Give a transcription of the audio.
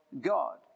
God